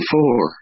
Four